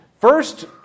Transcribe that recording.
first